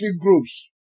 groups